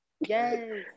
Yes